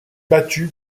battue